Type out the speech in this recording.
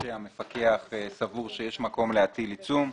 כאשר המפקח סבור שיש מקום להטיל עיצום,